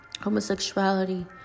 homosexuality